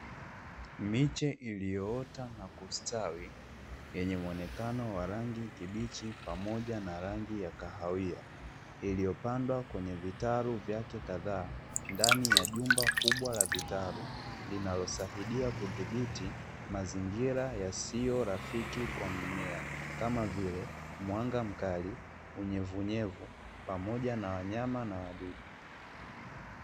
Miche ilyoota na kustawi, yenye muonekano wa rangi kibichi pamoja na rangi ya kahawia, iliyopandwa kwenye vitalu vyake kadhaa, ndani ya jumba kubwa la vitalu. Linalosaidia kudhibiti mazingira yasiyo rafiki kwa mimea. Kama vile mwanga mkali, unyevuunyevu pamoja na wanyama na wadudu.